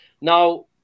Now